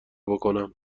بکنم